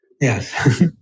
yes